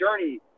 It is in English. journey